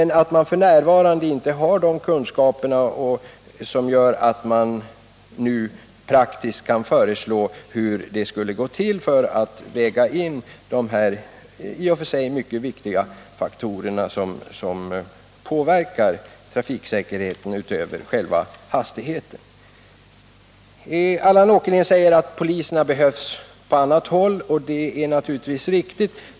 F. n. har vi inte tillräckliga kunskaper om de faktorer utöver hastigheten som påverkar trafikriskerna. Allan Åkerlind säger att poliserna behövs på andra håll. Det är naturligtvis riktigt.